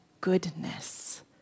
goodness